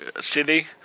city